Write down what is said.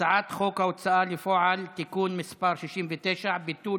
הצעת חוק ההוצאה לפועל (תיקון, ביטול